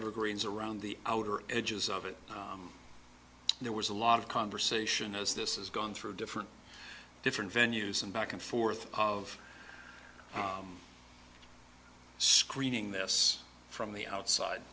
evergreens around the outer edges of it there was a lot of conversation as this has gone through different different venues and back and forth of screening this from the outside